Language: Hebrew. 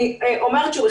אני אומרת שוב,